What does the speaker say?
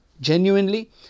genuinely